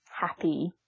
happy